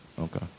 Okay